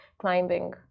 climbing